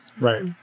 Right